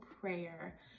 prayer